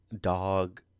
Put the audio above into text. dog